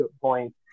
point